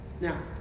Now